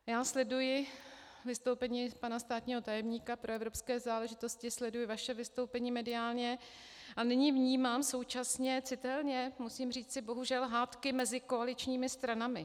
Já sleduji vystoupení pana státního tajemníka pro evropské záležitosti, sleduji vaše vystoupení mediálně a nyní vnímám současně citelně, musím říci bohužel, hádky mezi koaličními stranami.